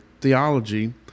theology